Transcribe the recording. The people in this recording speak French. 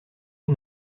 eux